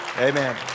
Amen